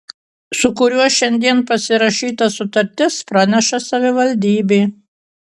su kuriuo šiandien pasirašyta sutartis praneša savivaldybė